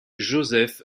joseph